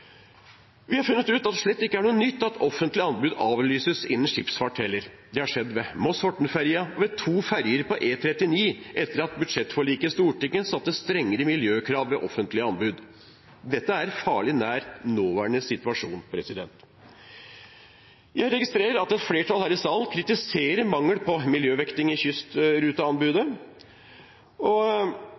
Vi har funnet ut at det slett ikke er noe nytt at offentlige anbud avlyses innen skipsfart. Det har skjedd ved Moss–Horten-ferga og ved to ferger på E39 etter at budsjettforliket i Stortinget satte strengere miljøkrav ved offentlige anbud. Dette er farlig nær nåværende situasjon. Jeg registrerer at et flertall her i salen kritiserer mangel på miljøvekting i kystruteanbudet.